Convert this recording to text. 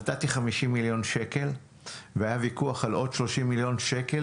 נתתי 50 מיליון שקל והיה ויכוח על עוד 30 מיליון שקל.